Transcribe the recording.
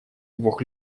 двух